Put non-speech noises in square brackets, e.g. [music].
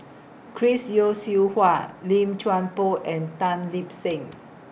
[noise] Chris Yeo Siew Hua Lim Chuan Poh and Tan Lip Seng